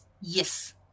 Yes